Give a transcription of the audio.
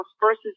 versus